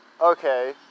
Okay